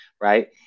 right